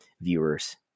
viewers